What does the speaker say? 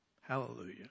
Hallelujah